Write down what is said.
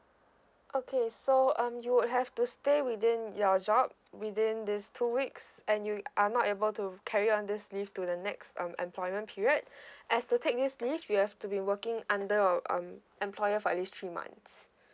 okay so um you would have to stay within your job within these two weeks and you are not able to carry on this leave to the next um employment period as to take his leave you have to be working under uh um employer for at least three months